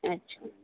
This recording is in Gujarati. અચ્છા